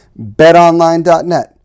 BetOnline.net